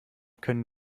können